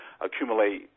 accumulate